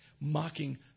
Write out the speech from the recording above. Mocking